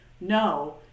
No